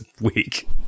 week